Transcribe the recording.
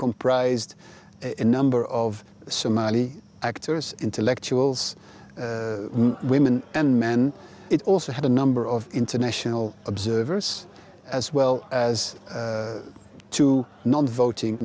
comprised a number of somali actors intellectuals women and men it also had a number of international observers as well as to non voting